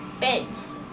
beds